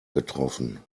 getroffen